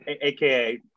AKA